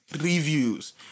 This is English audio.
Reviews